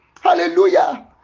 hallelujah